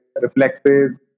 reflexes